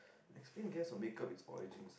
explain guess a makeup its origins